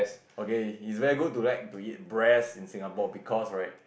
okay it's very good to like to eat breast in Singapore because right